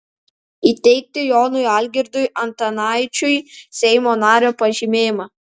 įteikti jonui algirdui antanaičiui seimo nario pažymėjimą